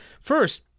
First